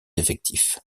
effectif